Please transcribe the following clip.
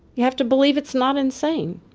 have to believe it's not insane